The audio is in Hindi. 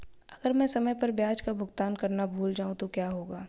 अगर मैं समय पर ब्याज का भुगतान करना भूल जाऊं तो क्या होगा?